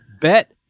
Bet